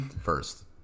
first